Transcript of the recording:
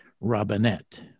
Robinette